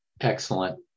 Excellent